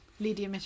Lydia